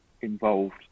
involved